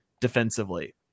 defensively